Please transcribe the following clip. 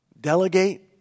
delegate